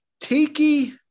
Tiki